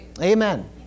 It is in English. Amen